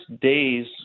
days